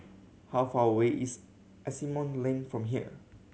how far away is Asimont Lane from here